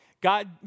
God